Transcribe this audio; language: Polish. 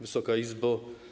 Wysoka Izbo!